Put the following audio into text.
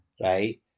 right